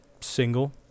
single